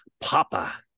Papa